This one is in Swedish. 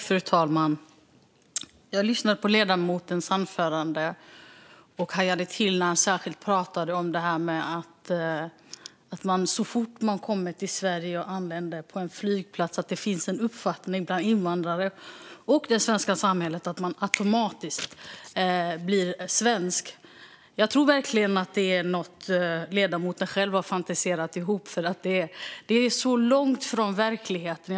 Fru talman! Jag lyssnade på ledamotens anförande och hajade till när han särskilt talade om att det så fort människor kommer till Sverige och anländer till en flygplats finns en uppfattning bland invandrare och det svenska samhället att de automatiskt blir svenska. Jag tror att det är något som ledamoten själv har fantiserat ihop. Det är långt från verkligheten.